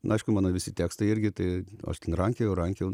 na aišku mano visi tekstai irgi tai aš ten rankiojau rankiojau